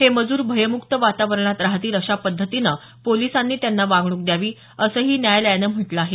हे मजूर भयमुक्त वातावरणात राहतील अशा पद्धतीनं पोलिसांनी त्यांना वागणूक द्यावी असंही न्यायालयानं म्हटलं आहे